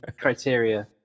criteria